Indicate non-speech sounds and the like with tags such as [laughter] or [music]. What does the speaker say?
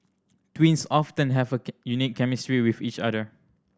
twins often have a [unintelligible] unique chemistry with each other